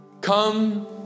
come